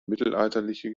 mittelalterliche